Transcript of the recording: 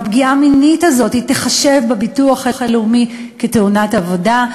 והפגיעה המינית הזאת תיחשב בביטוח הלאומי כתאונת עבודה,